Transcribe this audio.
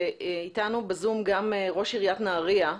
איתנו בזום גם ראש עיריית נהריה,